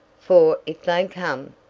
for if they come,